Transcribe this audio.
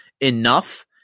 enough